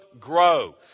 grow